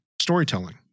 storytelling